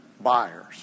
buyers